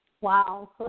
Wow